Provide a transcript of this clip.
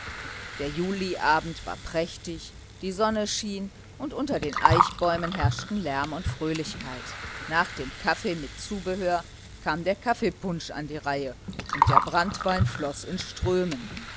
der juliabend war prächtig die sonne schien und unter den eichbäumen herrschten lärm und fröhlichkeit nach dem kaffee mit zubehör kam der kaffeepunsch an die reihe und der branntwein floß in strömen